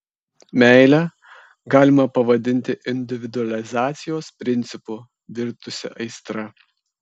meilę galima pavadinti individualizacijos principu virtusiu aistra